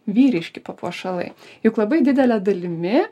vyriški papuošalai juk labai didele dalimi